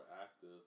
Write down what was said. active